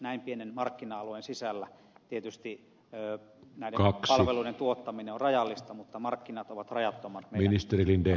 näin pienen markkina alueen sisällä tietysti näiden palveluiden tuottaminen on rajallista mutta markkinat ovat rajattomat meidän rajojemme ulkopuolella